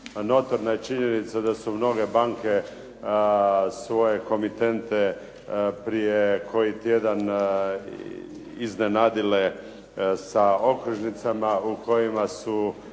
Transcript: Notorna je činjenica da su mnoge banke svoje komitente prije koji tjedan iznenadile sa okružnicama u kojima su